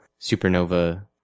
supernova